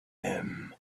him